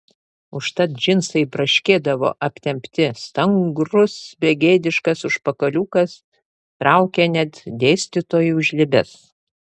užtat džinsai braškėdavo aptempti stangrus begėdiškas užpakaliukas traukė net dėstytojų žlibes